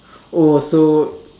oh so